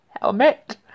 helmet